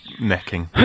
necking